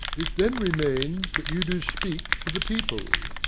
it then remains that you do speak to the people.